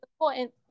important